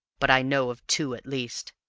but i know of two at least.